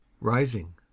Rising